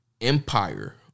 Empire